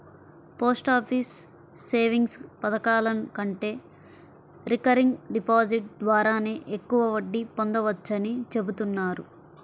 post office savings పథకాల కంటే recurring deposit ద్వారానే ఎక్కువ వడ్డీ పొందవచ్చని చెబుతున్నారు